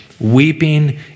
weeping